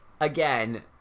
Again